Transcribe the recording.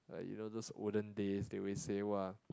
like you know those olden days they always say !wah!